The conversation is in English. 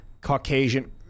Caucasian